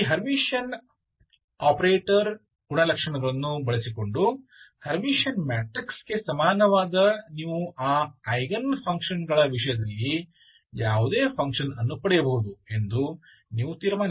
ಈ ಹರ್ಮಿಟಿಯನ್ ಆಪರೇಟರ್ನ ಗುಣಲಕ್ಷಣಗಳನ್ನು ಬಳಸಿಕೊಂಡು ಹರ್ಮಿಟಿಯನ್ ಮ್ಯಾಟ್ರಿಕ್ಸ್ಗೆ ಸಮಾನವಾದ ನೀವು ಆ ಐಗನ್ ಫಂಕ್ಷನ್ಗಳ ವಿಷಯದಲ್ಲಿ ಯಾವುದೇ ಫಂಕ್ಷನ್ ಅನ್ನು ಪಡೆಯಬಹುದು ಎಂದು ನೀವು ತೀರ್ಮಾನಿಸಬಹುದು